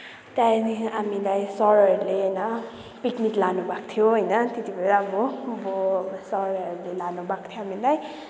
त्यहाँदेखि हामीलाई सरहरूले होइन पिकनिक लानुभएको थियो होइन त्यतिबेर अब अब सरहरूले लानुभएको थियो हामीलाई